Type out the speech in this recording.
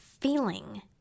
feeling